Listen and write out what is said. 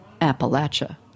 Appalachia